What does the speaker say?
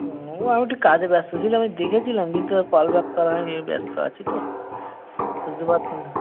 এমনিই আমি একটু কাজে ব্যস্ত ছিলাম আমি দেখেছিলাম কিন্তু আর কল ব্যাক করা হয় নি ওই ব্যস্ত আছি তো বুঝতে পারছেন